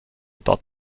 dot